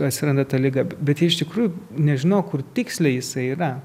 atsiranda ta liga bet jie iš tikrųjų nežino kur tiksliai jisai yra